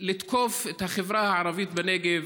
לתקוף את החברה הערבית בנגב,